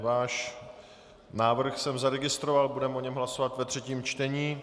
Váš návrh jsem zaregistroval, budeme o něm hlasovat ve třetím čtení.